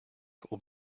will